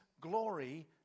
glory